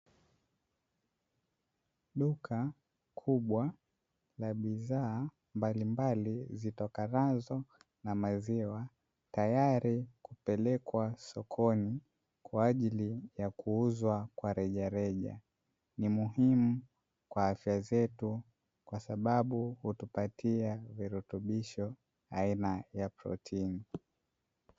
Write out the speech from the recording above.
Duka kubwa la bidhaa mbalimbali zitokanazo na maziwa, tayari kupelekwa sokoni kwa ajili ya kuuzwa kwa rejareja, ni muhimu kwa afya zetu, kwa sababu hutupatia virutubisho aina ya protini.